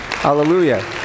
Hallelujah